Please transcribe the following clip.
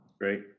Great